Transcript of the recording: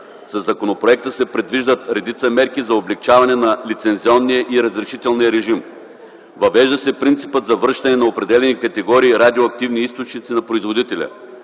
Със законопроекта се предвиждат редица мерки за облекчаване на лицензионния и разрешителния режим. Въвежда се принципът за връщане на определени категории радиоактивни източници на производителя.